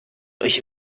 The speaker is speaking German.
euch